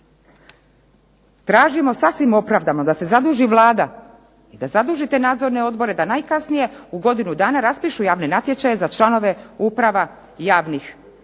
Tražimo sasvim opravdano da se zaduži Vlada i da zadužite nadzorne odbore da najkasnije u godinu dana raspišu javne natječaje za članove uprava javnih